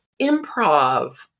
improv